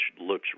looks